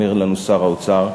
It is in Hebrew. אומר לנו שר האוצר,